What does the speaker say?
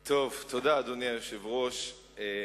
תודה, אדוני היושב-ראש.